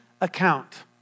account